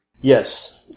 yes